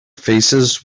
faces